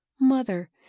Mother